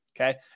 okay